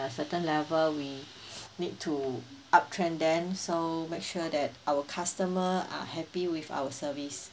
a certain level we need to up train them so make sure that our customer are happy with our service